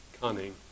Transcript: cunning